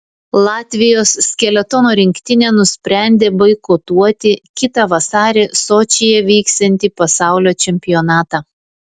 latvijos skeletono rinktinė nusprendė boikotuoti kitą vasarį sočyje vyksiantį pasaulio čempionatą